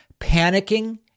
panicking